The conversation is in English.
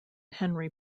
henry